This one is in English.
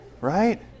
Right